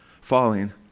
falling